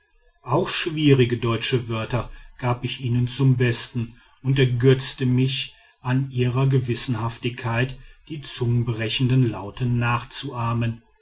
auch schwierige deutsche worte gab ich ihnen zum besten und ergötzte mich an ihrer gewissenhaftigkeit die zungenbrechenden laute nachzuahmen